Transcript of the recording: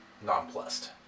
nonplussed